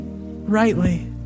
rightly